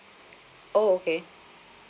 oh okay